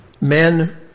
men